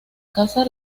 casa